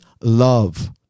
love